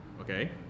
Okay